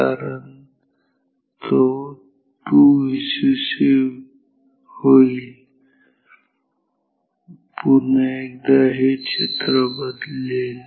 कारण तेव्हा तो 2Vcc होईल पुन्हा एकदा हे चित्र बदलेल